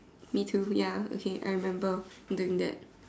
me too ya okay I remember doing that